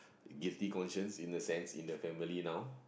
guilty conscience in a sense in the family now